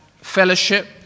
fellowship